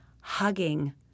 hugging